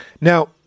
Now